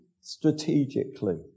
strategically